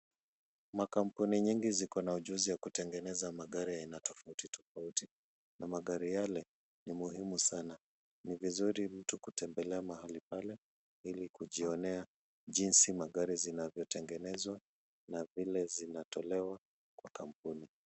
Makampuni nyingi ziko na ujuzi wa kutengeneza magari ya aina tofauti tofauti. Na magari yale muhimu sana. Ni vizuri mtu kutembelea mahali pale ili kujionea jinsi magari zinavyotengenezwa na vile zinatolewa kwa kampuni.